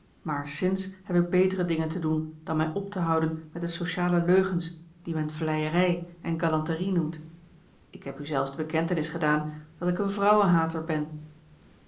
maar sinds heb ik betere dingen te doen dan mij op te houden met de sociale leugens die men vleierij en galanterie noemt ik heb u zelfs de bekentenis gedaan dat ik een vrouwenhater ben